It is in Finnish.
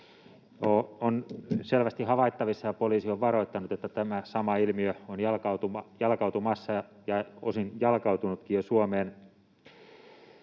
On selvästi havaittavissa ja poliisi on varoittanut, että tämä sama ilmiö on jalkautumassa ja osin jo jalkautunutkin Suomeen.